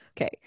okay